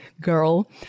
girl